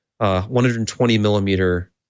120-millimeter